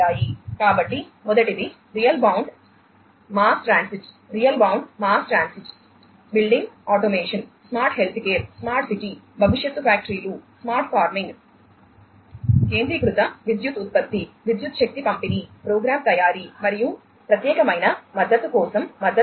కాబట్టి మొదటిది real bound mass transit కేంద్రీకృత విద్యుత్ ఉత్పత్తి విద్యుత్ శక్తి పంపిణీ ప్రోగ్రామ్ తయారీ మరియు ప్రత్యేకమైన మద్దతు కోసం మద్దతు